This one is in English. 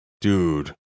dude